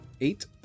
Eight